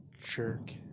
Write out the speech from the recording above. Jerk